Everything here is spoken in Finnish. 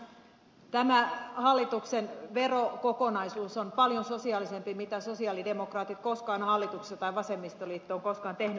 kyllä tämä hallituksen verokokonaisuus on paljon sosiaalisempi kuin mitä sosialidemokraatit tai vasemmistoliitto koskaan hallituksessa koskaan tehnyt